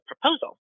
proposal